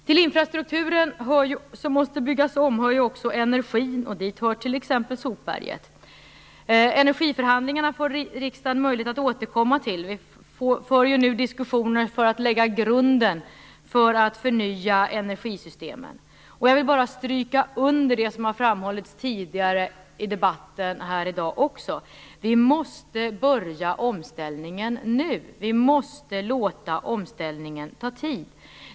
Till den infrastruktur som skall byggas om hör också energin - och dit hör t.ex. sopberget. Riksdagen får möjlighet att återkomma till energiförhandlingarna. Vi för ju nu diskussioner för att lägga grunden för en förnyelse av energisystemen. Jag vill bara stryka under det som har framhållits tidigare i debatten, nämligen att vi måste börja omställningen nu. Vi måste låta omställningen ta tid.